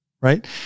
right